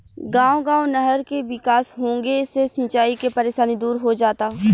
गांव गांव नहर के विकास होंगे से सिंचाई के परेशानी दूर हो जाता